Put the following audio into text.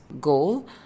goal